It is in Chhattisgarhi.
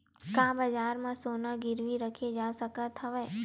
का बजार म सोना गिरवी रखे जा सकत हवय?